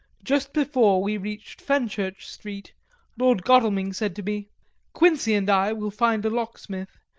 just before we reached fenchurch street lord godalming said to me quincey and i will find a locksmith.